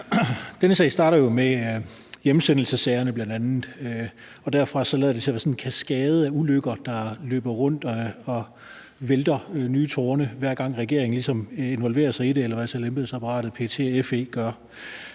Denne sag starter jo med bl.a. hjemsendelsessagerne, og derfra lader det til at være sådan en kaskade af ulykker, der løber rundt og vælter nye tårne, hver gang regeringen ligesom involverer sig i det, eller embedsapparatet eller PET og FE gør.